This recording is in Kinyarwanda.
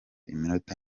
iminota